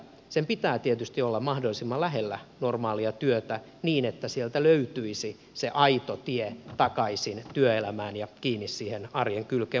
sen pitää tietysti olla mahdollisimman lähellä normaalia työtä niin että sieltä löytyisi se aito tie takaisin työelämään ja kiinni siihen arjen kylkeen